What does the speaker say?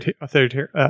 authoritarian